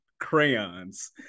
crayons